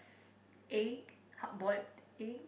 egg hard boiled egg